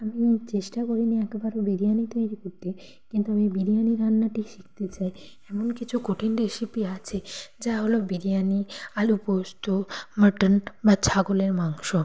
আমি চেষ্টা করিনি একবারও বিরিয়ানি তৈরি করতে কিন্তু আমি বিরিয়ানি রান্নাটি শিখতে চাই এমন কিছু কঠিন রেসিপি আছে যা হলো বিরিয়ানি আলু পোস্ত মাটন বা ছাগলের মাংস